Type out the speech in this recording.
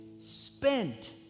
spent